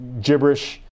gibberish